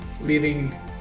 leaving